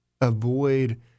avoid